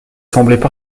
semblaient